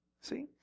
See